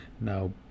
now